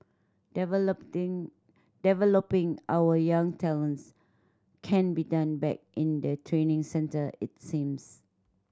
developing our young talents can be done back in the training centre it seems